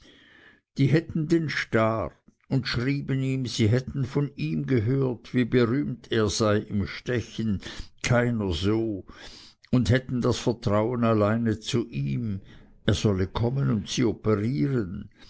die hätten den star und schrieben ihm sie hätten von ihm gehört wie er berühmt sei im stechen keiner so und hätten das vertrauen alleine zu ihm er solle kommen und sie operieren